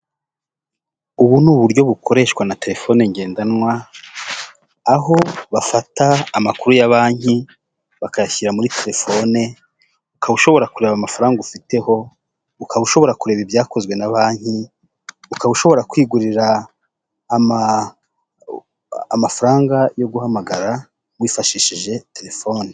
Hirya no hino ugenda usanga hari amasoko atandukanye kandi acuruza ibicuruzwa bitandukanye, ariko amenshi murayo masoko usanga ahuriyeho n'uko abacuruza ibintu bijyanye n'imyenda cyangwa se imyambaro y'abantu bagiye batandukanye. Ayo masoko yose ugasanga ari ingirakamaro cyane mu iterambere ry'umuturage ukamufasha kwiteraza imbere mu buryo bumwe kandi akanamufasha no kubaho neza mu buryo bw'imyambarire.